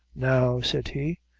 now, said he,